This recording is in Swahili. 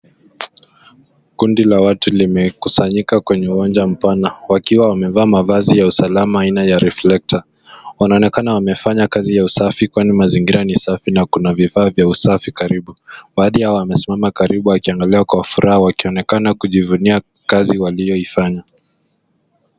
Kundi la watu limekusanyika kwenye uwanja mpana wakiwa wamevaa mavazi ya usalama aina ya reflector .Wanaonekana wamefanya kazi ya usafi kwani mazingira ni safi na kuna vifaa vya usafi karibu. Baadhi yao wamesimama karibu wakiangalia kwa furaha wakionekana kujivunia kazi walioifanya.